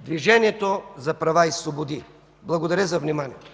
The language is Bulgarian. Движението за права и свободи. Благодаря за вниманието.